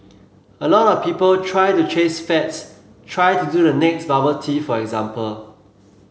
a lot of people try to chase fads try to do the next bubble tea for example